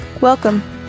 Welcome